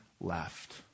left